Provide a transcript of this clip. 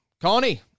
Connie